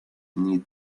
need